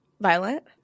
violent